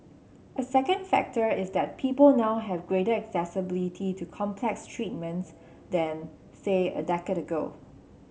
a second factor is that people now have greater accessibility to complex treatments than say a decade ago